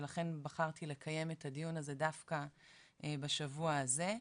ולכן בחרתי לקיים את הדיון הזה דווקא בשבוע הזה,